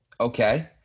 Okay